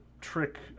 trick